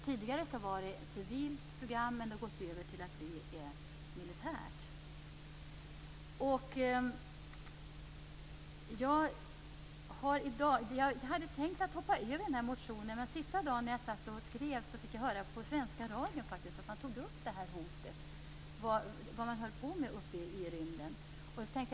Tidigare var det ett civilt program, men det har gått över till att vara ett rent militärt sådant. Jag hade tänkt att hoppa över att tala om denna motion. Men när jag satt och skrev fick jag höra att den svenska radion tog upp det här hotet och vad man höll på med uppe i rymden.